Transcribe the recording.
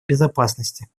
безопасности